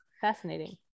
Fascinating